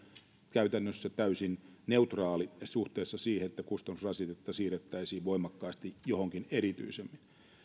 käytännössä täysin neutraali suhteessa siihen että kustannusrasitetta siirrettäisiin voimakkaasti johonkin erityisemmin